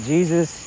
Jesus